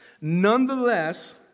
nonetheless